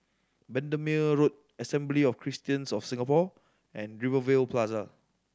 Bendemeer Road Assembly of Christians of Singapore and Rivervale Plaza